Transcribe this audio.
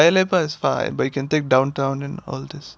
ah oh ya ya paya lebar is far but you can take downtown and all this